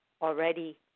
already